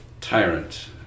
Tyrant